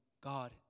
God